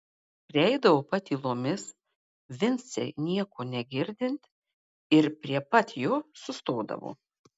prieidavo patylomis vincei nieko negirdint ir prie pat jo sustodavo